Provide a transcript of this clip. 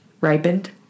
Ripened